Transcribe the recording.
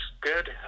good